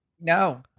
No